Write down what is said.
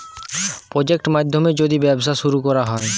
project মাধ্যমে যদি ব্যবসা শুরু করা হয়